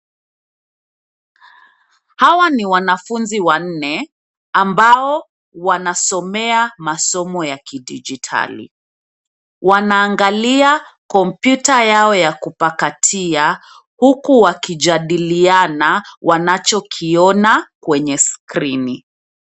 Hawa ni wanafunzi wanne ambao wanasomea masomo ya kidjitali. Wanaangalia kompyuta yao ya kupakatia huku wakijadiliana wanachokiona kwenye skrini.